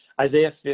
Isaiah